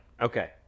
okay